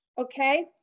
Okay